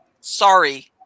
sorry